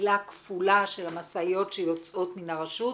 בשקילה כפולה של המשאיות שיוצאות מן הרשות.